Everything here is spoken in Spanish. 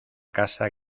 casa